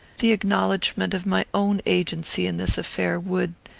the acknowledgment of my own agency in this affair would,